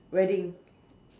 wedding